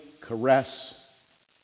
caress